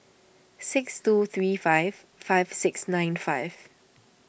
six two three five five six nine five